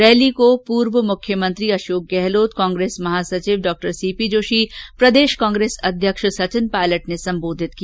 rally को पूर्व मुख्यमंत्री अशोक गहलोत कांग्रेस महासचिव डॉ सी पी जोशी कांग्रेस प्रदेश अध्यक्ष सचिन पायलट ने संबोधित किया